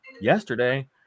yesterday